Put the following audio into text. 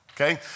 okay